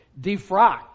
defrocked